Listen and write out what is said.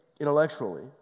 intellectually